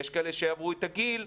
יש כאלה שעברו את הגיל,